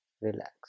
relax